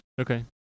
Okay